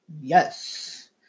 Yes